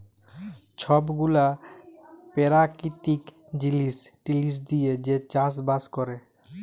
ছব গুলা পেরাকিতিক জিলিস টিলিস দিঁয়ে যে চাষ বাস ক্যরে